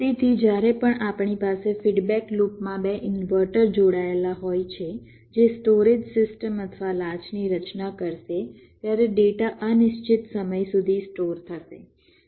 તેથી જ્યારે પણ આપણી પાસે ફીડબેક લૂપ માં બે ઇન્વર્ટર જોડાયેલા હોય છે જે સ્ટોરેજ સિસ્ટમ અથવા લાચની રચના કરશે ત્યારે ડેટા અનિશ્ચિત સમય સુધી સ્ટોર થશે